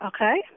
Okay